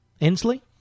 Inslee